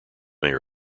mayor